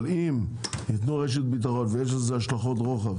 אבל אם יתנו רשת ביטחון ויש לזה השלכות רוחב